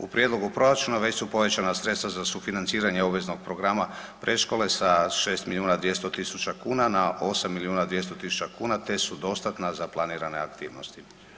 U prijedlogu proračuna već su povećana sredstva za sufinanciranje obveznog programa pred škole sa 6 milijuna 200 tisuća kuna na 8 milijuna 200 tisuća kuna, te su dostatna za planirane aktivnosti.